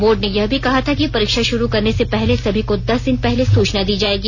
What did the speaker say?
board ने यह भी कहा था कि परीक्षा शुरू करने से पहले सभी को दस दिन पहले सूचना दी जाएगी